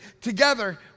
Together